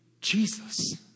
Jesus